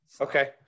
Okay